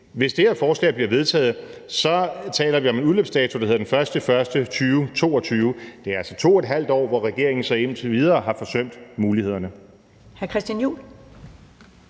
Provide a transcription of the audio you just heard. Hvis det her forslag bliver vedtaget, taler vi om en udløbsdato, der hedder den 1. januar 2022. Så det er altså indtil videre to et halvt år, hvor regeringen har forsømt mulighederne.